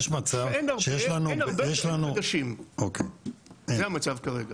אין הרבה ואין חדשים, זה המצב כרגע.